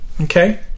okay